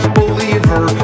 believer